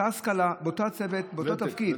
אותה השכלה באותו הצוות ובאותו תפקיד.